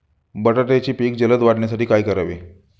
बटाट्याचे पीक जलद वाढवण्यासाठी काय करावे?